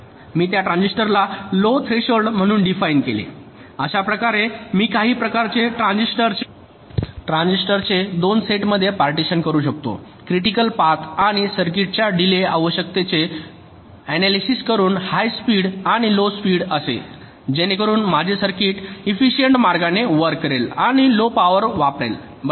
मी त्या ट्रान्झिस्टरसला low threshold म्हणून डिफाईन केले अशा प्रकारे मी काही प्रकारचे ट्रान्झिस्टरचे 2 सेटमध्ये पार्टीशन करू शकतो क्रिटिकल पाथ आणि सर्किटच्या डिलेय आवश्यकतांचे ऍनालीसिस करून हाय स्पीड आणि लो स्पीड असे जेणेकरून माझे सर्किट इफिसिअनकॅन्ट मार्गाने वर्क करेल आणि लो पॉवर वापरेल बरोबर